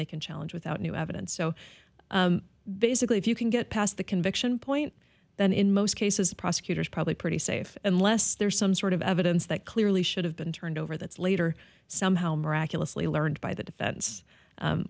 they can challenge without new evidence so basically if you can get past the conviction point then in most cases prosecutors probably pretty safe unless there's some sort of evidence that clearly should have been turned over that's later somehow miraculously learned by the defense